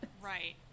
Right